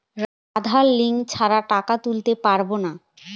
আধার link ছাড়া টাকা তুলতে পারব না?